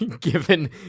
given